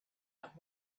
out